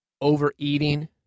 overeating